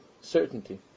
certainty